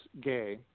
gay